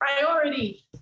priority